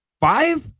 five